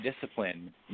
discipline